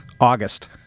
August